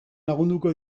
lagunduko